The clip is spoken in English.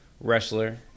wrestler